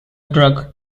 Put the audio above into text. drug